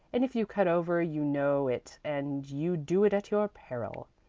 and if you cut over you know it and you do it at your peril.